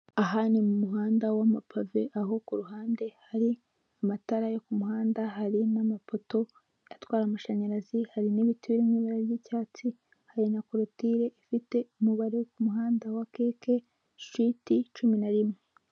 Aha ni mu muhanda w'amapave aho ku ruhande hari amatara yo ku muhanda hari n'amapoto atwara amashanyarazi, hari n'ibiti birimo ibara ry'icyatsi, hari na korotire ifite umubare ku muhanda wa keke siti cumi na rimwe.